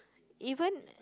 even